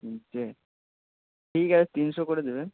তিনটে ঠিক আছে তিনশো করে দেবে